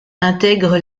intègrent